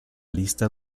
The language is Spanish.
lista